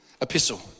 epistle